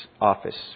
office